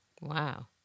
Wow